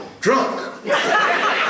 drunk